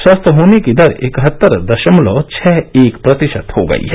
स्वस्थ होने की दर इकहत्तर दशमलव छह एक प्रतिशत हो गई है